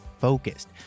focused